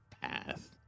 path